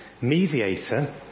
mediator